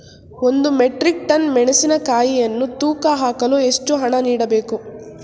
ಒಂದು metric ton ಮೆಣಸಿನಕಾಯಿಯನ್ನು ತೂಕ ಹಾಕಲು ಎಷ್ಟು ಹಣ ನೀಡಬೇಕು?